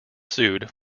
sued